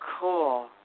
Cool